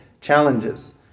challenges